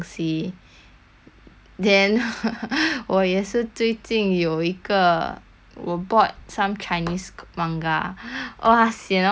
then 我也是最近有一个我 bought some chinese co~ manga !wah! sian all my money flying already